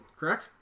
correct